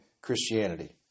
Christianity